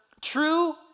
True